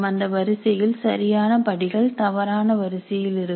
அந்த வரிசையில் சரியான படிகள் தவறான வரிசையில் இருக்கும்